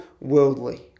worldly